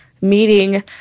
meeting